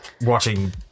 watching